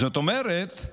זאת אומרת,